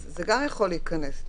זה גם יכול להיכנס.